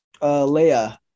Leia